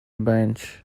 bench